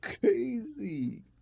crazy